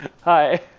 Hi